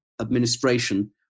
administration